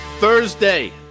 Thursday